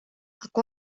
aku